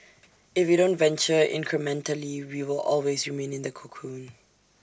if we don't venture incrementally we will always remain in the cocoon